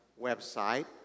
website